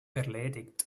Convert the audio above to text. erledigt